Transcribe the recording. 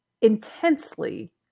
intensely